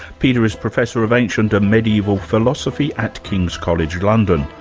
peter is professor of ancient and medieval philosophy at king's college london.